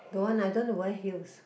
don't want lah I don't want to wear heels